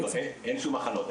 אין שום הכנות,